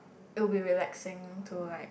it will be relaxing to like